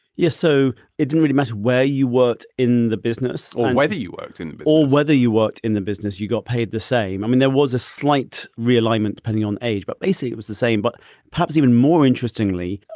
yes. so it didn't really matter where you worked in the business or whether you worked or whether you worked in the business, you got paid the same. i mean, there was a slight realignment depending on age, but basically it was the same. but perhaps even more interestingly,